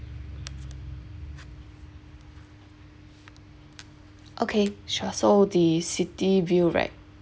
okay sure so the city view right